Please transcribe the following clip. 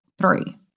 Three